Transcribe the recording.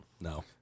no